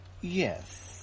yes